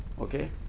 okay